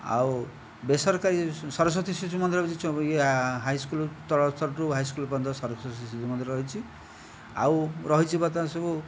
ଆଉ ବେସରକାରୀ ସରସ୍ଵତୀ ଶିଶୁ ମନ୍ଦିର କିଛି ଛୁଆଙ୍କୁ ଇଏ ହାଇସ୍କୁଲ ତଳ ସ୍ତରଠୁ ହାଇସ୍କୁଲ ପର୍ଯ୍ୟନ୍ତ ସରସ୍ଵତୀ ଶିଶୁ ମନ୍ଦିର ରହିଛି ଆଉ ରହିଛି ବର୍ତ୍ତମାନ ସବୁ